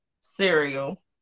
cereal